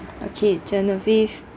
okay genevieve